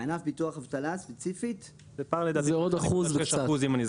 זה עוד אחוז וקצת.